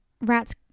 rats